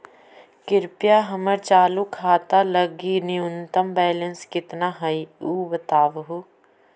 कृपया हमर चालू खाता लगी न्यूनतम बैलेंस कितना हई ऊ बतावहुं